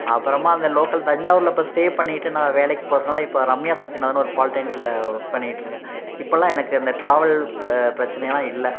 அப்புறமா அந்த லோக்கல் தஞ்சாவூரில் இப்போ ஸ்டே பண்ணிகிட்டு நான் வேலைக்கு போகிறதுனால இப்போ ரம்யா சத்தியநாதன்னு ஒரு பாலிடெக்கினிகில் ஒர்க் பண்ணிகிட்ருக்கேன் இப்போல்லாம் எனக்கு அந்த ட்ராவல் ப பிரச்சினையெல்லாம் இல்லை